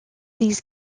these